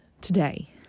today